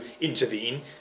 intervene